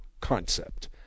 concept